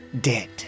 dead